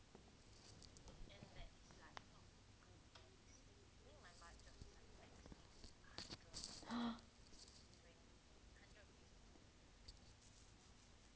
ah